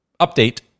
update